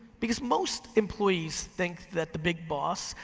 because most employees think that the big boss,